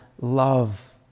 love